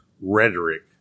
rhetoric